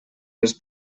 les